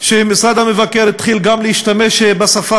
שמשרד המבקר התחיל גם להשתמש בשפה